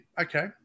okay